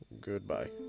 Goodbye